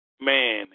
man